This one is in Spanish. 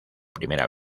primera